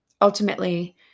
ultimately